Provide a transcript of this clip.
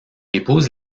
épouse